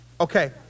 Okay